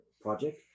project